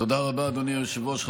תודה רבה, אדוני היושב-ראש.